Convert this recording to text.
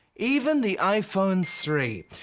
even the iphone three,